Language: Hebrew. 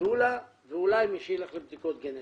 דולה ואולי מי שילך לבדיקות גנטיות.